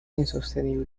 insostenible